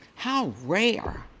how rare